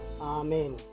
Amen